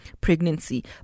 pregnancy